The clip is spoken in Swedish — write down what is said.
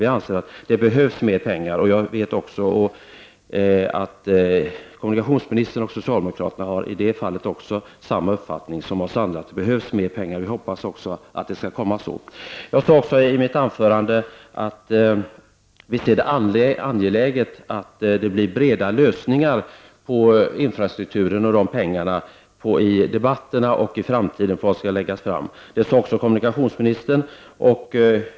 Vi anser att det behövs mer pengar, och jag vet att kommunikationsministern och socialdemokraterna i det fallet har samma uppfattning som vi. Det behövs mer pengar, och jag hoppas att det skall komma. Jag sade också i mitt huvudanförande att vi ser det som angeläget att det blir breda lösningar i fråga om infrastrukturen, och det sade även kommunikationsministern.